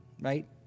Right